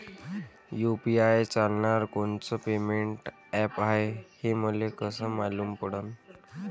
UPI चालणारं कोनचं payment app हाय, हे मले कस मालूम पडन?